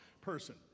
person